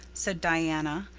said diana.